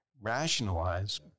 rationalize